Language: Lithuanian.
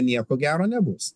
nieko gero nebus